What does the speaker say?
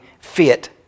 fit